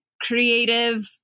creative